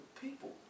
people